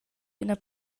ina